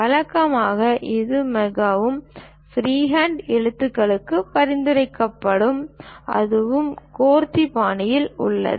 வழக்கமாக இது மிகவும் ஃப்ரீஹேண்ட் எழுத்துக்களுக்கு பரிந்துரைக்கப்படுகிறது அதுவும் கோதிக் பாணியில் உள்ளது